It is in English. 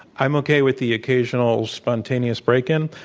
i'm okay with the occasional spontaneous break-in,